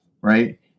Right